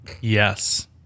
Yes